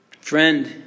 Friend